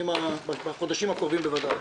בחודשים הקרובים בוודאי.